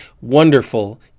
wonderful